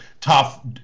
tough